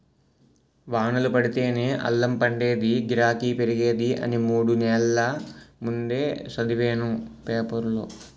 వానలు పడితేనే అల్లం పండేదీ, గిరాకీ పెరిగేది అని మూడు నెల్ల ముందే సదివేను పేపరులో